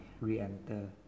re-enter